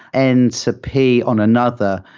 and to p on another,